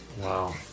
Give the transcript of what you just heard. Wow